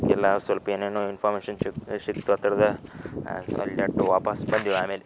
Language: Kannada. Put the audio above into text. ಎಲ್ಲಾ ಸೊಲ್ಪ ಏನೇನೋ ಇಂಫಾರ್ಮೇಷನ್ ವಾಪಾಸ್ಸು ಬಂದ್ವಿ ಆಮೇಲೆ